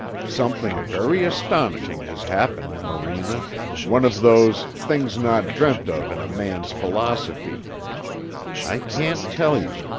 something very astonishing has happened, morena one of those things not dreamt of in a man's philosophy i can't tell you.